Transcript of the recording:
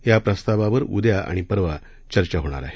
या प्रस्तावावर उद्या आणि परवा चर्चा होणार आहे